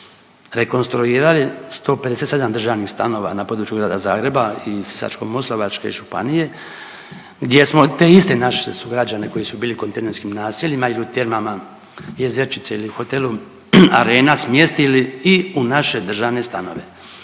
rekonstruirali 157 državnih stanova na područja grada Zagreba i Sisačko-moslavačke županije, gdje smo te iste naše sugrađane koji su bili u kontejnerskim naseljima ili u termama Jezerčica ili hotelu Arena smjestili i u naše državne stanove